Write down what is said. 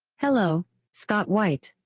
hello scott white,